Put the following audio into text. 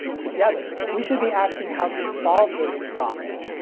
together, we should be asking how to solve those new problems.